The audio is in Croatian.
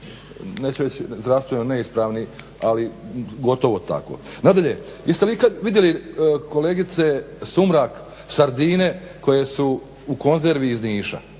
neću reći zdravstveno neispravni, ali gotovo tako. Nadalje, jeste li ikad vidjeli kolegice Sumrak sardine koje su u konzervi iz Niša,